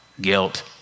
guilt